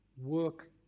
Work